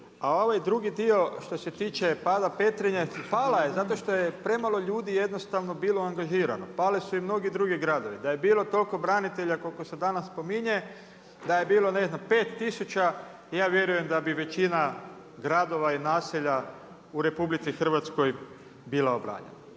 A ovaj drugi dio što se tiče pada Petrinje, pala je zato što je premalo ljudi jednostavno bilo angažirano, pali su i mnogi drugi gradovi. Da je bilo toliko branitelja koliko se danas spominje, da je bilo ne znam 5 tisuća ja vjerujem da bi većina gradova i naselja u RH bila obranjena.